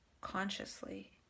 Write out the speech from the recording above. consciously